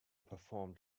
performed